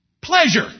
Pleasure